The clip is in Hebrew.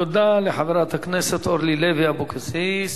תודה לחברת הכנסת אורלי לוי אבקסיס.